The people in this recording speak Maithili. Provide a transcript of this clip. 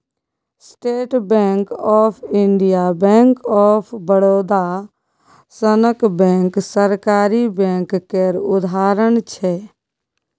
state Bank of India, Bank of Baroda सनक बैंक सरकारी बैंक केर उदाहरण छै